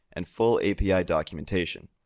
and full api documentation.